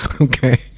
okay